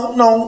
no